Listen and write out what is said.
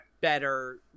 better